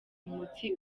umutsi